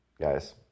guys